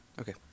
okay